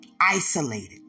isolated